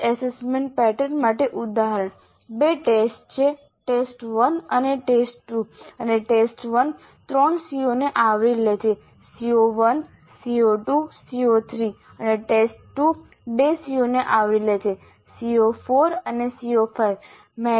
test assessment pattern માટે ઉદાહરણ બે ટેસ્ટ છે ટેસ્ટ 1 અને ટેસ્ટ 2 અને ટેસ્ટ 1 ત્રણ CO ને આવરી લે છે CO1 CO2 CO3 અને ટેસ્ટ 2 બે CO ને આવરી લે છે CO4 અને CO5